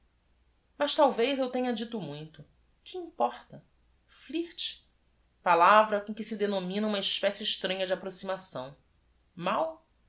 as talvez eu tenha dito muito ue importa l i r t alavra com que se denomina uma espécie estranha de approximação á